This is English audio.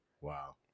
Wow